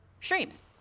streams